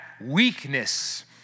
weakness